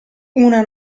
una